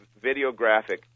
videographic